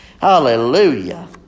Hallelujah